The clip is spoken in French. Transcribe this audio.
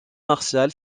martial